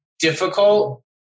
difficult